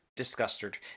disgusted